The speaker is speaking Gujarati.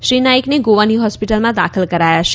શ્રી નાઇકને ગોવાની હોસ્પિટલમાં દાખલ કરાયા છે